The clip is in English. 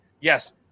yes